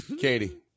Katie